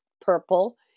purple